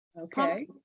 Okay